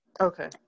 Okay